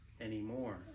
anymore